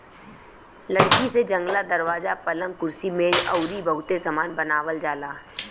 लकड़ी से जंगला, दरवाजा, पलंग, कुर्सी मेज अउरी बहुते सामान बनावल जाला